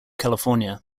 california